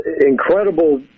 incredible